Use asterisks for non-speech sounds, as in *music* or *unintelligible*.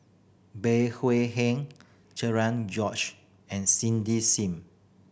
Bey *unintelligible* Heng *unintelligible* George and Cindy Sim